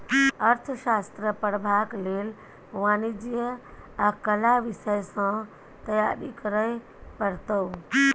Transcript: अर्थशास्त्र पढ़बाक लेल वाणिज्य आ कला विषय सँ तैयारी करय पड़तौ